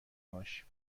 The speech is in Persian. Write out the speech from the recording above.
هاش